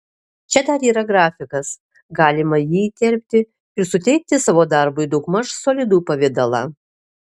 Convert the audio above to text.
čia dar yra grafikas galima jį įterpti ir suteikti savo darbui daugmaž solidų pavidalą